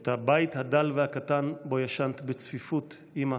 את הבית הדל והקטן שבו ישנת בצפיפות, אימא.